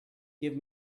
give